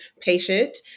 patient